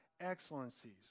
excellencies